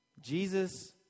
Jesus